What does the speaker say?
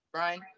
Brian